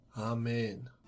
Amen